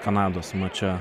kanados mače